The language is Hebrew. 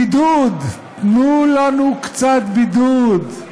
בידוד, תנו לנו קצת בידוד.